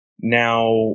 now